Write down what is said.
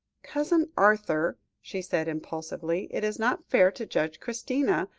cousin arthur, she said impulsively, it is not fair to judge christina,